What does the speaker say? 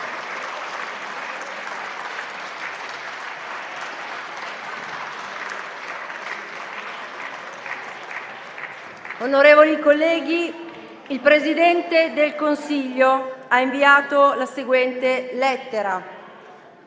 Onorevoli colleghi, il Presidente del Consiglio ha inviato la seguente lettera: